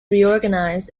reorganized